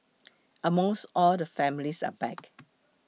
almost all the families are back